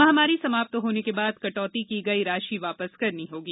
महामारी समाप्त होने के बाद कटौती की गई राशि वापस करनी होगी